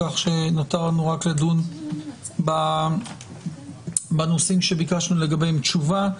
כך שנותר לנו רק לדון בנושאים שביקשנו לגביהם תשובה.